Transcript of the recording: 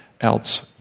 else